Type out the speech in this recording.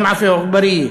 גם עפו אגבאריה,